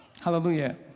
Hallelujah